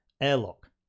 airlock